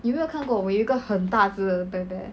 有没有看过我有一个很大只的 bear bear